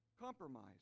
Compromise